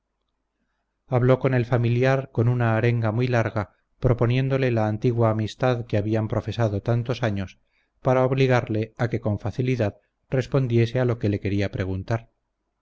habló con el familiar con una arenga muy larga proponiéndole la antigua amistad que habían profesado tantos años para obligarle a que con facilidad respondiese a lo que le quería preguntar